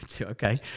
Okay